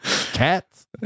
Cats